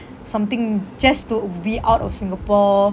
something just to be out of singapore